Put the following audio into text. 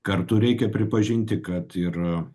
kartu reikia pripažinti kad ir